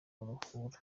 uruhuri